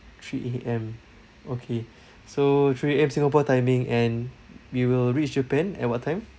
three A_M okay so three A_M singapore timing and we will reach japan at what time